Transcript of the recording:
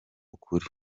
ukuri